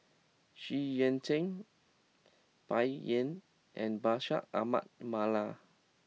Xu Yuan Zhen Bai Yan and Bashir Ahmad Mallal